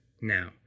now